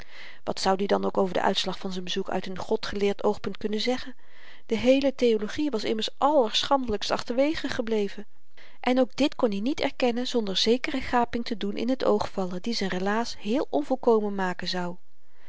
wat zoud i dan ook over den uitslag van z'n bezoek uit n godgeleerd oogpunt kunnen zeggen de heele theologie was immers allerschandelykst achterwege gebleven en ook dit kon i niet erkennen zonder zekere gaping te doen in t oog vallen die z'n relaas heel onvolkomen maken zou